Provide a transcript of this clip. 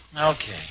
Okay